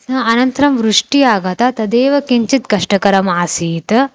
अनन्तरं वृष्टिः आगता तदेव किञ्चित् कष्टकरम् आसीत्